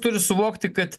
turi suvokti kad